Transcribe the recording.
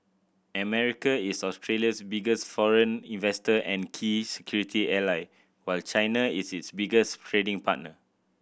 America is Australia's biggest foreign investor and key security ally while China is its biggest trading partner